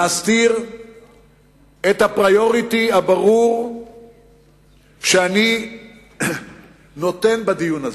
להסתיר את הפריוריטי הברור שאני נותן בדיון הזה,